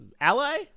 ally